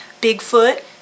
Bigfoot